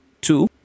two